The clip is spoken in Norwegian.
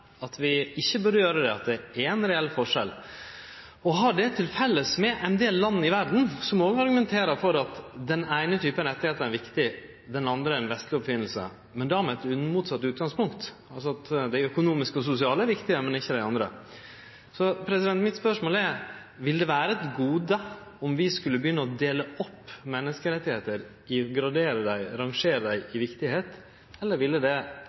at vi ikkje burde gjere det, at det er ein reell forskjell – og har det til felles med ein del land i verda som òg argumenterer for at den eine typen rettar er viktig, mens den andre er ei vestleg oppfinning, men da med motsett utgangspunkt: Dei økonomiske og sosiale rettane er viktige, men ikkje dei andre. Så mitt spørsmål er: Vil det vere eit gode om vi skulle begynne å dele opp menneskerettar ved å gradere og rangere dei etter kor viktige dei er, eller ville det